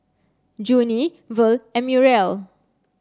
Junie Verl and Muriel